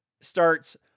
starts